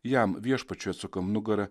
jam viešpačiui atsukam nugarą